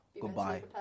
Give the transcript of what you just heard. Goodbye